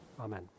Amen